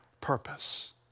purpose